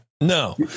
No